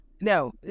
No